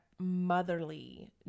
motherly